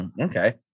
Okay